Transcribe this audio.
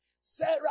Sarah